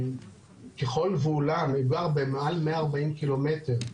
ככל והוא גר במעל 140 ק"מ,